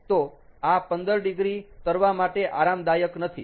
તો આ 15 ડિગ્રી તરવા માટે આરામદાયક નથી